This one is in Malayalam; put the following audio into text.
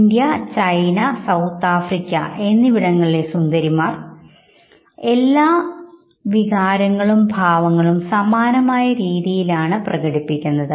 ഇന്ത്യ ചൈനസൌത്ത് ആഫ്രിക്ക എന്നിവിടങ്ങളിലെ സുന്ദരിമാർ എല്ലാം അവരുടെ ഭാവങ്ങളും വികാരങ്ങളും സമാനമായ രീതിയിലാണ് പ്രകടിപ്പിക്കുന്നത്